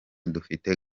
dufite